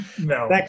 no